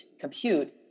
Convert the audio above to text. compute